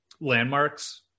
landmarks